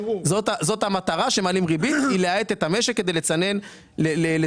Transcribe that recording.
זאת המטרה שמעלים ריבית היא להאט את המשק כדי לצנן ביקושים,